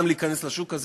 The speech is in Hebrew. גם להיכנס לשוק הזה,